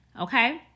Okay